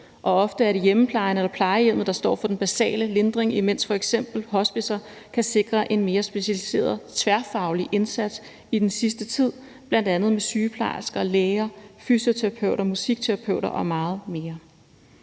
og ofte er det hjemmeplejen eller plejehjemmet, der står for den basale lindring, imens f.eks. hospicer kan sikre en mere specialiseret tværfaglig indsats i den sidste tid, bl.a. med sygeplejersker og læger, fysioterapeuter, musikterapeuter og meget mere.